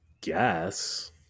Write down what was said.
guess